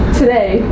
Today